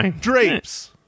drapes